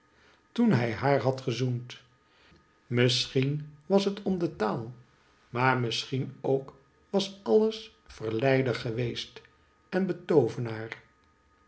toen hij haar had gezoend misschien was het om de taal maar misschien ook was alles verleider geweest en